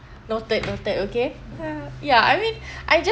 noted noted okay ya I mean I just